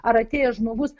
ar atėjęs žmogus